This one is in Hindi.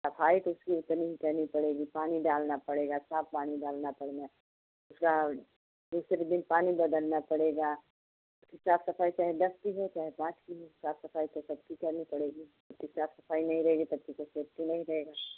सफाई तो उसकी उतनी ही करनी पड़ेगी पानी डालना पड़ेगा साफ पानी डालना पड़ेगा उसका दूसरे दिन पानी बदलना पड़ेगा साफ सफाई चाहे दस की हो चाहे पाँच की हो साफ सफाई तो सबकी करनी पड़ेगी क्योंकि साफ सफाई नहीं रहेगी तो सब सेफ्टी नहीं रहेगी